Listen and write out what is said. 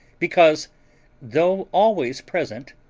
because though always present,